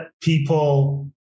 people